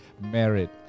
married